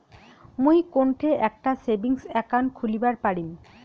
মুই কোনঠে একটা সেভিংস অ্যাকাউন্ট খুলিবার পারিম?